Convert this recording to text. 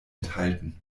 enthalten